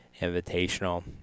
Invitational